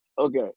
Okay